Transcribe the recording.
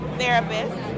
therapist